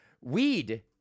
Weed